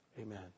Amen